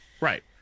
Right